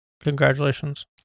Congratulations